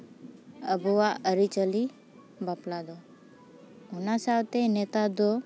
ᱟᱵᱚᱣᱟᱜ ᱟᱹᱨᱤᱪᱟᱹᱞᱤ ᱵᱟᱯᱞᱟ ᱫᱚ ᱚᱱᱟ ᱥᱟᱶᱛᱮ ᱱᱮᱛᱟᱨ ᱫᱚ